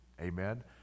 Amen